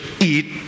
eat